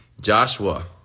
Joshua